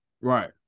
Right